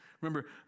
Remember